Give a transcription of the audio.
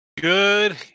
Good